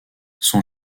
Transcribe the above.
son